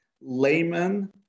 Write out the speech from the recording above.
layman